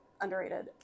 underrated